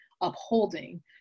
upholding